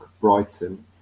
Brighton